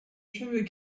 cheveux